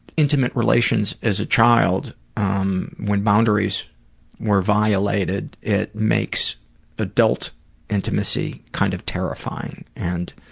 intimate relations as a child um when boundaries were violated it makes adult intimacy kind of terrifying and